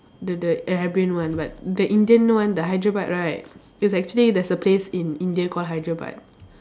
the the Arabian one but the Indian one the Hyderabad right it's actually there's a place in India call Hyderabad